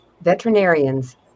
veterinarians